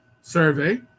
survey